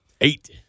Eight